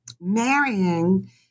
marrying